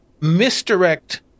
misdirect